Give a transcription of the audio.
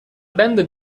band